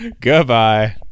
Goodbye